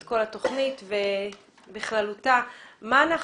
את כל התוכנית בכללותה ותאמר מה אנחנו